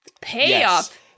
Payoff